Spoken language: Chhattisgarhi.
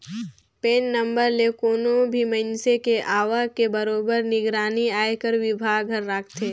पेन नंबर ले कोनो भी मइनसे के आवक के बरोबर निगरानी आयकर विभाग हर राखथे